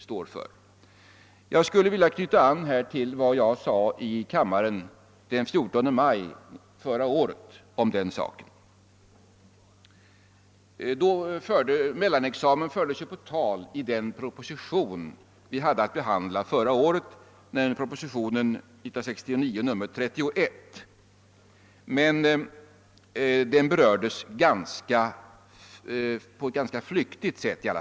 Härvidlag skulle jag vilja anknyta till vad jag yttrade i kammaren förra året. Mellanexamen togs ju upp i propositionen 1969:31 men berördes ganska flyktigt.